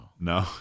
No